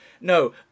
No